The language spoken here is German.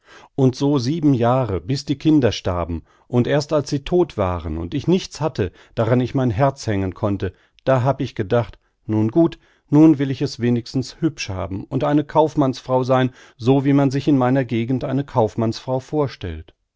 und so sieben jahre bis die kinder starben und erst als sie todt waren und ich nichts hatte daran ich mein herz hängen konnte da hab ich gedacht nun gut nun will ich es wenigstens hübsch haben und eine kaufmannsfrau sein so wie man sich in meiner gegend eine kaufmannsfrau vorstellt